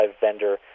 Vendor